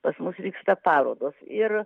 pas mus vyksta parodos ir